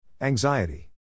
Anxiety